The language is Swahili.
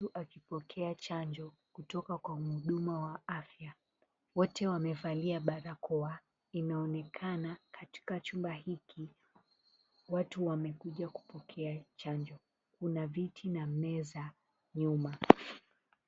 Mgonjwa akipokea chanjo kutoka kwa muhudhumu wa afya wote wamevalia barakoa. Inaonekana katika chumba hiki, watu wamekuja kupokea chanjo. Kuna viti na meza nyuma.